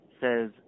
says